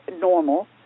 normal